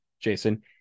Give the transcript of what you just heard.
Jason